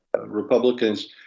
Republicans